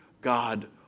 God